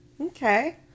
Okay